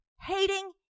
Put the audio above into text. hating